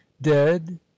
dead